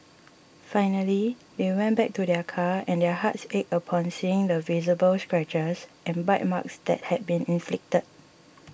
finally they went back to their car and their hearts ached upon seeing the visible scratches and bite marks that had been inflicted